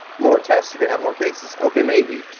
more tests, you're gonna have more cases. okay, maybe,